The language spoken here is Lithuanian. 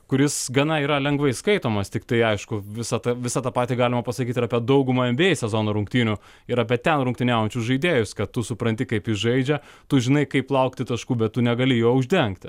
kuris gana yra lengvai skaitomas tiktai aišku visa ta visa tą patį galima pasakyt ir apie daugumą nba sezono rungtynių ir apie ten rungtyniaujančius žaidėjus kad tu supranti kaip jis žaidžia tu žinai kaip laukti taškų bet tu negali jo uždengti